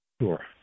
Sure